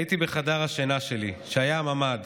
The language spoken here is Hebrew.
הייתי בחדר השינה שלי, שהיה הממ"ד.